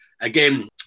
again